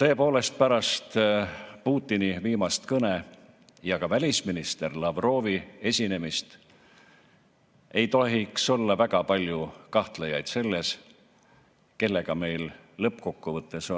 Tõepoolest, pärast Putini viimast kõnet ja ka välisminister Lavrovi esinemist ei tohiks olla väga palju kahtlejaid selles, kellega meil lõppkokkuvõttes